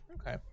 Okay